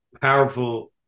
powerful